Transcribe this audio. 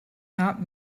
not